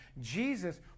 Jesus